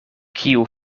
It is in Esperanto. kiu